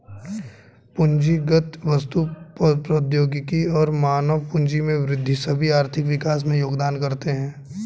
पूंजीगत वस्तु, प्रौद्योगिकी और मानव पूंजी में वृद्धि सभी आर्थिक विकास में योगदान करते है